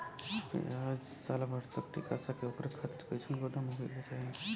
प्याज साल भर तक टीका सके ओकरे खातीर कइसन गोदाम होके के चाही?